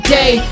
day